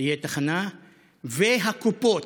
תהיה תחנה וגם בקופות,